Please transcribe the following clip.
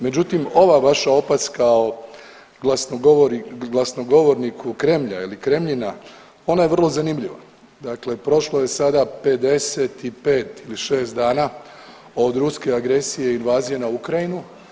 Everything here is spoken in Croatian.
Međutim, ova vaša opaska o glasnogovorniku Kremlja ili Kremljina ona je vrlo zanimljiva, dakle prošlo je sada 55 ili 6 dana od ruske agresije i invazije na Ukrajinu.